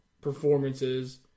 performances